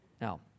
Now